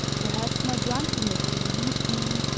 perhaps my drunkenness deceived me,